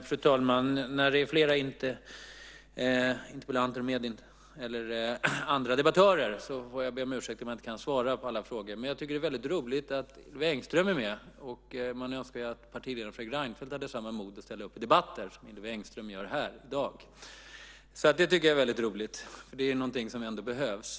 Fru talman! Då det är flera andra debattörer med får jag be om ursäkt om jag inte kan svara på alla frågor. Jag tycker dock att det är väldigt roligt att Hillevi Engström är med. Man önskar att partiledaren Fredrik Reinfeldt hade samma mod att ställa upp i debatter som Hillevi Engström visar här i dag. Det tycker jag är väldigt roligt. Det är någonting som ändå behövs.